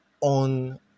on